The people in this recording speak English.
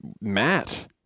Matt